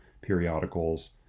periodicals